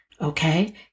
okay